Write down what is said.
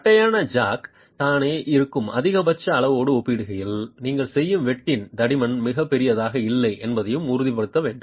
தட்டையான ஜாக் தானே இருக்கும் அதிகபட்ச அளவோடு ஒப்பிடுகையில் நீங்கள் செய்யும் வெட்டின் தடிமன் மிகப் பெரியதாக இல்லை என்பதையும் உறுதிப்படுத்த வேண்டும்